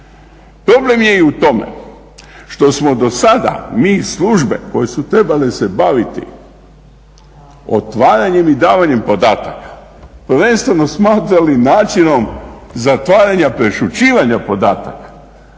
Problem je i u tome što smo do sada mi i službe koje su se trebale baviti otvaranjem i davanjem podataka, prvenstveno smatrali načinom zatvaranja prešućivanja podataka.